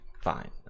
fine